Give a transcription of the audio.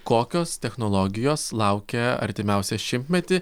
kokios technologijos laukia artimiausią šimtmetį